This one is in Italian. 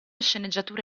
sceneggiatura